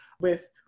with-